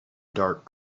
dark